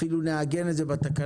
אפילו לעגן את זה בתקנה,